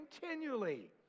continually